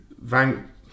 Van